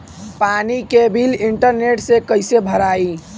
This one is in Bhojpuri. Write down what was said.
पानी के बिल इंटरनेट से कइसे भराई?